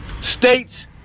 states